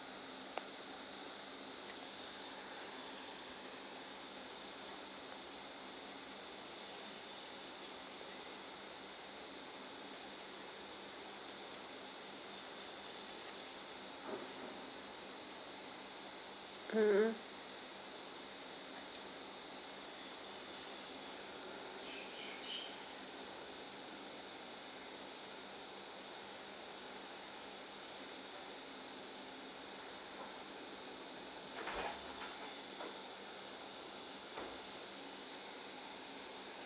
mmhmm